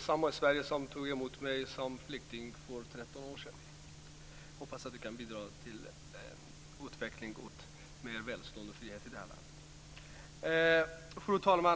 samma Sverige som tog emot mig som flykting för 13 år sedan. Jag hoppas kunna bidra till en utveckling mot mer välstånd och frihet i det här landet. Fru talman!